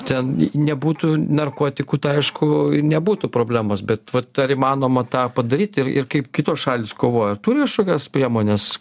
ten nebūtų narkotikų tai aišku nebūtų problemos bet vat ar įmanoma tą padaryt ir ir kaip kitos šalys kovoja turi kažkokias priemones